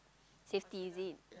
safety is it